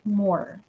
more